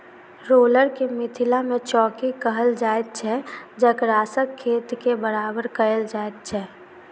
roller के मिथिला मे चौकी कहल जाइत छै जकरासँ खेत के बराबर कयल जाइत छै